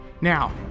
Now